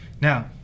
Now